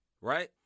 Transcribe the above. right